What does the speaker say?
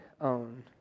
own